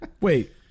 Wait